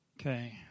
Okay